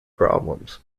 problems